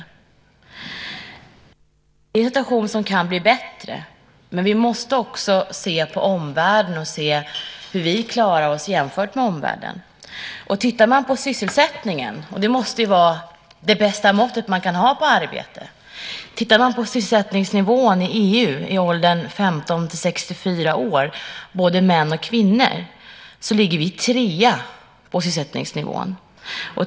Det är en situation som kan bli bättre, men vi måste också se på omvärlden och se hur vi klarar oss jämfört med omvärlden. Sysselsättningsnivån måste ju vara det bästa mått man kan ha på arbete. Tittar man på sysselsättningsnivån i EU för åldern 15-64 år, både män och kvinnor, så ser man att vi ligger trea vad gäller sysselsättningsnivån.